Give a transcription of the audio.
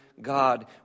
God